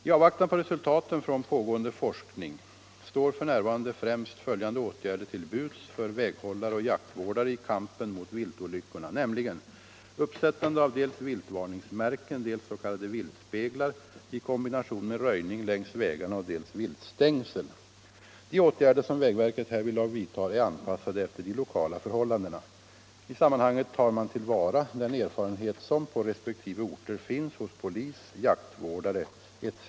I avvaktan på resultaten från pågående forskning står f. n. främst följande åtgärder till buds för väghållare och jaktvårdare i kampen mot viltolyckorna, nämligen uppsättande av dels viltvarningsmärken, dels s.k. viltspeglar i kombination med röjning längs vägarna och dels viltstängsel. De åtgärder som vägverket härvidlag vidtar är anpassade efter de lokala förhållandena. I sammanhanget tar man till vara den erfarenhet, som på resp. orter finns hos polis, jaktvårdare etc.